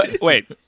Wait